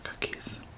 cookies